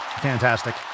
Fantastic